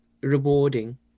rewarding